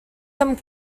some